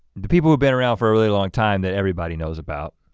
the people who've been around for a really long time that everybody knows about.